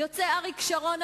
יוצא אריק שרון,